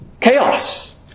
chaos